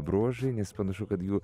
bruožai nes panašu kad jų